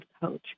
coach